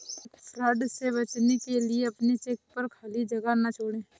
check fraud से बचने के लिए अपने चेक पर खाली जगह ना छोड़ें